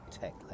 tech